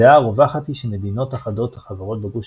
הדעה הרווחת היא שמדינות אחדות החברות בגוש